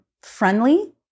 Friendly